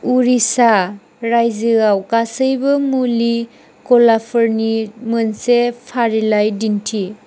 उरिष्या रायजोआव गासैबो मुलि गलाफोरफोरनि मोनसे फारिलाइ दिन्थि